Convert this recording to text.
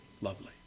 lovely